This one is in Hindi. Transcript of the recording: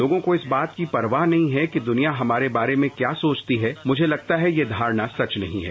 लोगों को इस बात की परवाह नही कि दुनिया हमारे बारे में क्या सोचती है मुझे लगता है कि यह धारणा सच नही है